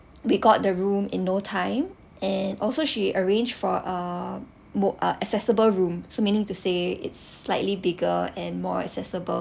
we got the room in no time and also she arranged for a mode uh accessible room so meaning to say it's slightly bigger and more accessible